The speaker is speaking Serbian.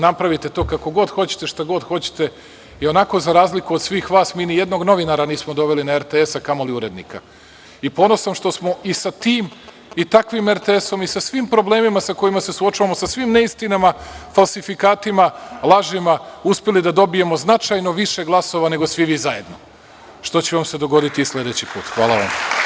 Napravite to kako god hoćete, šta god hoćete, ionako za razliku od svih vas mi ni jednog novinara nismo doveli na RTS, a kamo li urednika i ponosan sam što smo i sa tim i takvim RTS i sa svim problemima sa kojima se suočavamo, sa svim neistinama, falsifikatima, lažima uspeli da dobijemo značajno više glasova nego svi vi zajedno, što će vam se dogoditi i sledeći put.